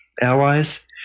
allies